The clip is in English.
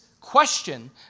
question